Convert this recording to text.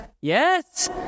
yes